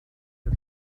der